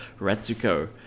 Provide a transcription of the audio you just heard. Retsuko